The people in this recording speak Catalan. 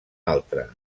altre